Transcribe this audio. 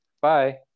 Bye